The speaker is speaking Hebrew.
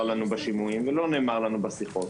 לנו בשימועים ולא נאמר לנו בשיחות